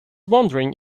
wondering